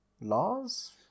Laws